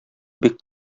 бик